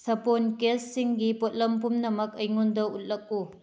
ꯁꯥꯄꯣꯟ ꯀꯦꯁꯁꯤꯡꯒꯤ ꯄꯣꯠꯂꯝ ꯄꯨꯝꯅꯃꯛ ꯑꯩꯉꯣꯟꯗ ꯎꯠꯂꯛꯎ